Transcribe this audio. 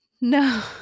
no